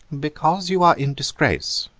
because you are in disgrace,